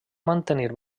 mantenir